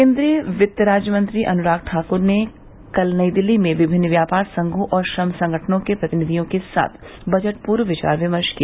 केन्द्रीय वित्त राज्य मंत्री अनुराग ठाकुर ने कल नई दिल्ली में विभिन्न व्यापार संघों और श्रम संगठनों के प्रतिनिधियों के साथ बजट पूर्व विचार विमर्श किया